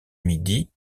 midi